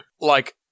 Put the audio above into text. like-